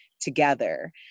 together